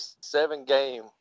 seven-game